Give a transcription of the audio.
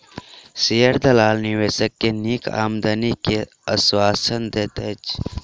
share दलाल निवेशक के नीक आमदनी के आश्वासन दैत अछि